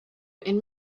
and